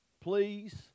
please